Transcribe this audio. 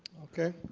ok.